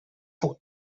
put